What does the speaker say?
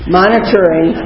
monitoring